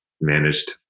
managed